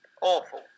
Awful